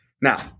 Now